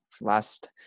last